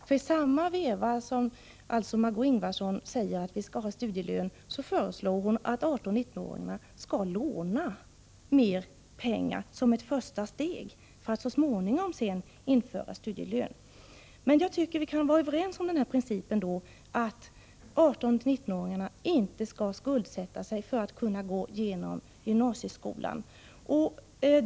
Men i samma veva som Margö Ingvardsson säger att vi skall ha studielön, så föreslår hon att 18-19-åringarna skall låna mer pengar som ett första steg, för att man sedan så småningom skall införa lön. Men jag tycker att vi då kan vara överens om principen, att 18-19-åringarna inte skall skuldsätta sig för att kunna gå igenom gymnasieskolan.